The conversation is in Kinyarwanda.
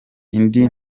indi